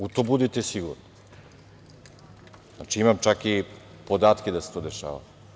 U to budite sigurni, imam čak i podatke da se to dešavalo.